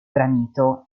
granito